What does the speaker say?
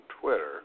Twitter